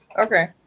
Okay